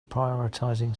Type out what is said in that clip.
prioritizing